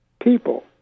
people